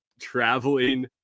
traveling